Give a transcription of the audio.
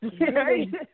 right